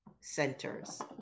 centers